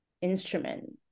instrument